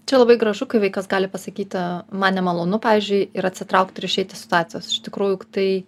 čia labai gražu kai vaikas gali pasakyti man nemalonu pavyzdžiui ir atsitraukt ir išeiti situacijos iš tikrųjų tai